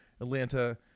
Atlanta